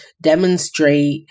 demonstrate